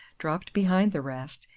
dropped behind the rest,